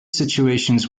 situations